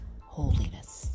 holiness